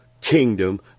kingdom